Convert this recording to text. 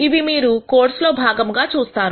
ఇవి మీరు ఈ కోర్సు లో భాగంగా చూస్తారు